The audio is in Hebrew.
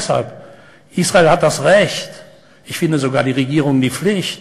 אני מבין את העמדה